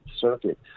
Circuit